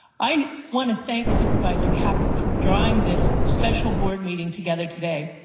i want to thank supervisor caput for drawing this special board meeting together today.